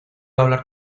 hablar